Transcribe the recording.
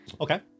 Okay